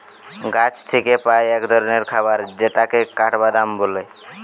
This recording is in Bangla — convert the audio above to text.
গাছ থিকে পাই এক ধরণের খাবার যেটাকে কাঠবাদাম বলে